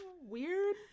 weird